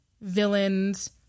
villains